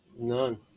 None